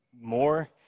more